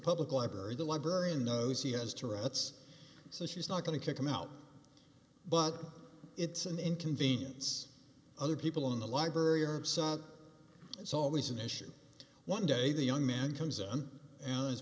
public library the librarian knows he has to rights so she's not going to kick him out but it's an inconvenience other people in the library or of saw it's always an issue one day the young man comes on and i